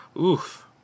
Oof